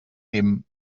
team